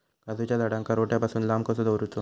काजूच्या झाडांका रोट्या पासून लांब कसो दवरूचो?